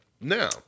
Now